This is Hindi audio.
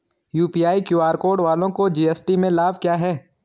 यू.पी.आई क्यू.आर कोड वालों को जी.एस.टी में लाभ क्या है?